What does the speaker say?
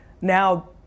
Now